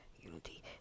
unity